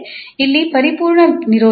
ಅಂದರೆ ಇಲ್ಲಿ ಪರಿಪೂರ್ಣ ನಿರೋಧನವಿದೆ